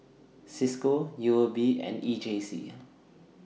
CISCO U O B and E J C